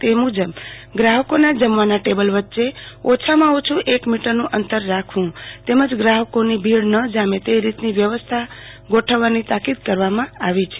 તે મૂજબ ગ્રાહકના જમવાના ટેબલ વચ્ચે ઓછામાં ઓછૂં એક મીટરનું અંતર રાખવું તેમજ ગ્રાહકોની ભીડ ન જામે તે રીતની વ્યવસ્થા ગોઠવવાની તાકિદ કરવામાં આવી છે